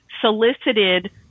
solicited